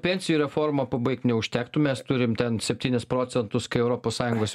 pensijų reformą pabaigt neužtektų mes turim ten septynis procentus kai europos sąjungos